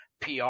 PR